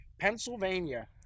Pennsylvania